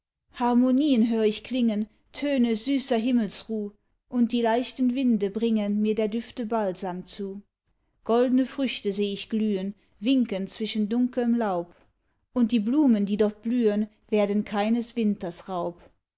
harmonieen hör ich klingen töne süßer himmelsruh und die leichten winde bringen mir der düfte balsam zu goldne früchte seh ich glühen winkend zwischen dunkelm laub und die blumen die dort blühen werden keines winters raub